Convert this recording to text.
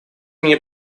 мне